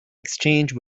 exchange